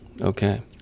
Okay